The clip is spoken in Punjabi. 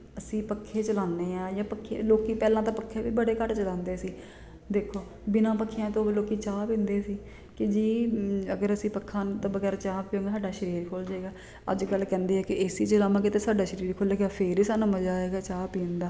ਅਸੀਂ ਪੱਖੇ ਚਲਾਉਂਦੇ ਆ ਜਾਂ ਪੱਖੇ ਲੋਕੀ ਪਹਿਲਾਂ ਤਾਂ ਪੱਖੇ ਵੀ ਬੜੇ ਘੱਟ ਚਲਾਉਂਦੇ ਸੀ ਦੇਖੋ ਬਿਨਾਂ ਪੱਖਿਆਂ ਤੋਂ ਲੋਕ ਚਾਹ ਪੀਂਦੇ ਸੀ ਕਿ ਜੀ ਅਗਰ ਅਸੀਂ ਪੱਖਾ ਤੋਂ ਵਗੈਰਾ ਚਾਹ ਪੀਓਗੇ ਸਾਡਾ ਸਰੀਰ ਖੁੱਲ੍ਹ ਜੇਗਾ ਅੱਜ ਕੱਲ੍ਹ ਕਹਿੰਦੇ ਆ ਕਿ ਏਸੀ ਚਲਾਵਾਂਗੇ ਤਾਂ ਸਾਡਾ ਸਰੀਰ ਖੁੱਲੇਗਾ ਫਿਰ ਹੀ ਸਾਨੂੰ ਮਜ਼ਾ ਆਏਗਾ ਚਾਹ ਪੀਣ ਦਾ